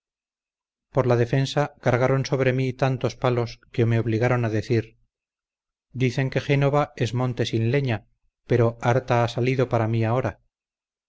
por la defensa cargaron sobre mí tantos palos que me obligaron a decir dicen que génova es monte sin leña pero harta ha habido para mí ahora